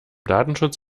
datenschutz